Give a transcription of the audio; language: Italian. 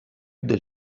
del